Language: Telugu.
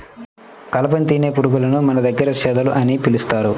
కలపను తినే పురుగులను మన దగ్గర చెదలు అని పిలుస్తారు